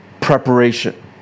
preparation